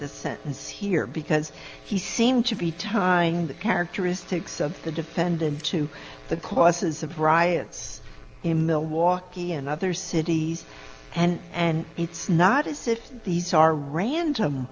the sentence here because he seemed to be tying the characteristics of the defendant to the causes of bryant's in milwaukee and other cities and and it's not as if these are random